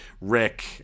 Rick